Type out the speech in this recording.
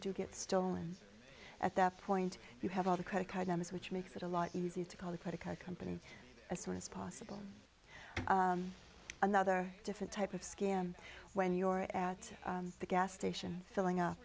do get stolen at that point you have all the credit card numbers which makes it a lot easier to call the credit card company as soon as possible another different type of scam when your at the gas station filling up